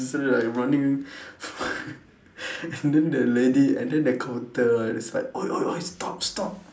like running and then the lady and then the counter is like !oi! !oi! !oi! stop stop